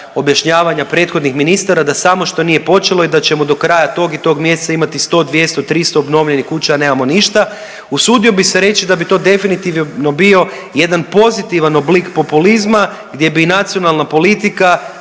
objašnjavanja prethodnih ministara da samo što nije počelo i da ćemo do kraja tog i tog mjesecima imati 100, 200, 300 obnovljenih kuća, a nemamo ništa. Usudio bih se reći da bi to definitivno bio jedan pozitivan oblik populizma gdje bi i nacionalna politika